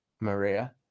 Maria